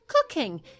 cooking